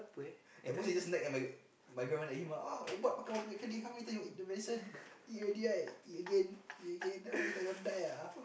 at most he just nag at my my grandmother ah ubat makan berapa banyak kali how many time you want to eat the medicine eat already right eat again eat again then how many time you want die ah !huh!